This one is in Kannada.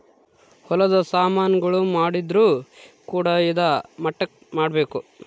ಹೊಲದ ಸಾಮನ್ ಗಳು ಮಾಡಿದ್ರು ಕೂಡ ಇದಾ ಮಟ್ಟಕ್ ಮಾಡ್ಬೇಕು